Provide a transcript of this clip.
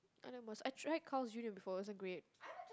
and I must I tried Carl's-Junior before it wasn't great